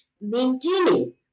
Maintaining